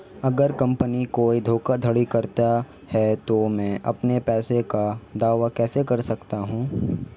अगर कंपनी कोई धोखाधड़ी करती है तो मैं अपने पैसे का दावा कैसे कर सकता हूं?